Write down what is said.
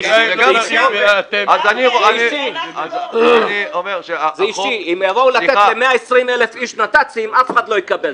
זה אישי: אם יתנו ל-120,000 איש גישה לנת"צים אף אחד לא יקבל.